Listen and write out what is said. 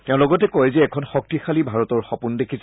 তেওঁ লগতে কয় যে তেওঁ এখন শক্তিশালী ভাৰতৰ সপোন দেখিছে